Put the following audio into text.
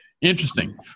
Interesting